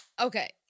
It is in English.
okay